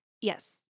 Yes